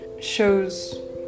shows